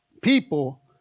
people